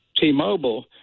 T-Mobile